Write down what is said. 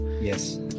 Yes